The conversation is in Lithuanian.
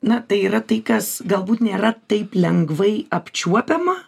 na tai yra tai kas galbūt nėra taip lengvai apčiuopiama